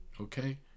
Okay